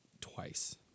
twice